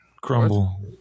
Crumble